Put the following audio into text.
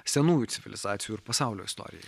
senųjų civilizacijų ir pasaulio istorijoj